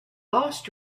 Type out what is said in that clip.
lost